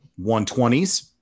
120s